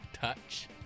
Touch